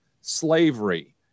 slavery